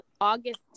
August